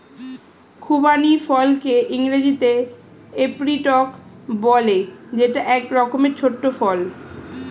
খুবানি ফলকে ইংরেজিতে এপ্রিকট বলে যেটা এক রকমের ছোট্ট ফল